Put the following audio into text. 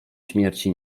śmierci